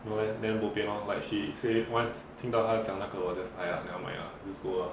no leh then bo bian loh like she say once 听到她讲那个我 just !aiya! never mind lah just go lah